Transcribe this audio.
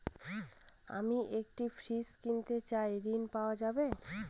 আমি একটি ফ্রিজ কিনতে চাই ঝণ পাওয়া যাবে?